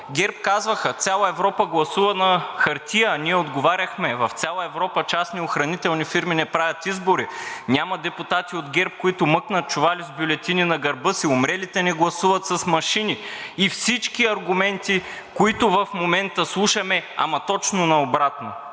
ГЕРБ казваха: цяла Европа гласува на хартия, а ние отговаряхме, че в цяла Европа частни охранителни фирми не правят избори, няма депутати от ГЕРБ, които мъкнат чували с бюлетини на гърба си, умрелите не гласуват с машини и всички аргументи, които в момента слушаме, ама точно на обратно.